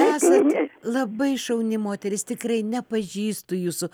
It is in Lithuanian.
esat labai šauni moteris tikrai nepažįstu jūsų